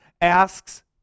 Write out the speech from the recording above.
asks